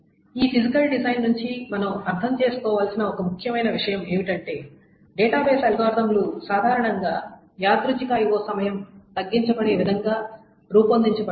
ఈ physical design నుండి మనం అర్థం చేసుకోవలసిన ఒక ముఖ్యమైన విషయం ఏమిటంటే డేటాబేస్ అల్గోరిథంలు సాధారణంగా యాదృచ్ఛిక IO సమయం తగ్గించబడే విధంగా రూపొందించబడ్డాయి